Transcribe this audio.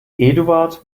eduard